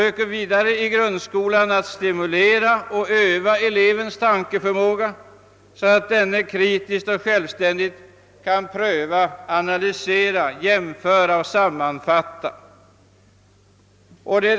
Vi försöker också att i grundskolan stimulera och öka elevernas tankeförmåga, så att de kritiskt och självständigt kan pröva, analysera, jämföra och sammanfatta.